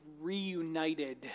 reunited